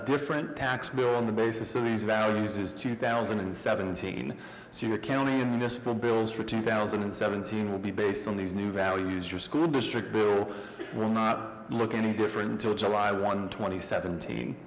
different tax bill on the basis of these values is two thousand and seventeen so your county and municipal bills for two thousand and seventeen will be based on these new values your school district bill will not look any different till july one twenty seventeen